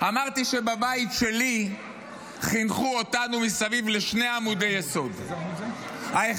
אמרתי שבבית שלי חינכו אותנו מסביב לשני עמודי יסוד: האחד,